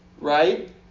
Right